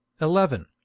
eleven